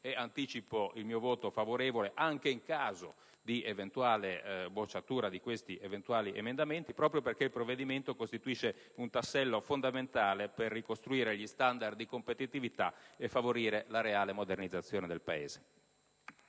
anticipo il mio voto favorevole, anche in caso di eventuale bocciatura degli emendamenti a mia firma, proprio perché il provvedimento costituisce un tassello fondamentale per ricostruire gli standard di competitività e favorire la reale modernizzazione del Paese.